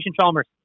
Chalmers